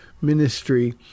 ministry